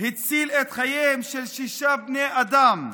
הציל את חייהם של שישה בני אדם,